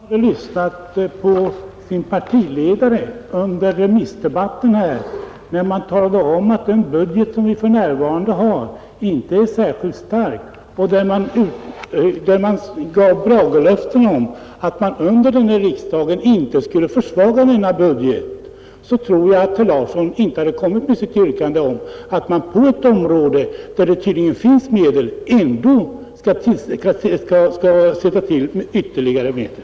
Herr talman! Om herr Larsson i Borrby hade lyssnat på sin partiledare under remissdebatten, där man talade om att den budget som vi för närvarande har inte är särskilt stark och där man gav bragelöften om att man under denna riksdag inte skulle försvaga denna budget, tror jag att herr Larsson inte hade kommit med sitt yrkande om att man på ett område, där det tydligen finns medel, ändå skall sätta till ytterligare medel.